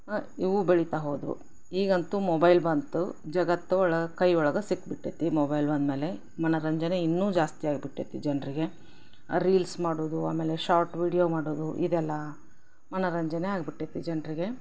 ಇವು ಬೆಳೀತಾ ಹೋದವು ಈಗಂತೂ ಮೊಬೈಲ್ ಬಂತು ಜಗತ್ತೊಳಗೆ ಕೈ ಒಳಗೆ ಸಿಕ್ಬಿಟೈತಿ ಮೊಬೈಲ್ ಬಂದಮೇಲೆ ಮನರಂಜನೆ ಇನ್ನೂ ಜಾಸ್ತಿ ಆಗ್ಬಿಟೈತೆ ಜನರಿಗೆ ರೀಲ್ಸ್ ಮಾಡೋದು ಆಮೇಲೆ ಶಾರ್ಟ್ ವೀಡ್ಯೋ ಮಾಡೋದು ಇದೆಲ್ಲ ಮನೋರಂಜನೆ ಆಗ್ಬಿಟ್ಟಿದೆ ಜನರಿಗೆ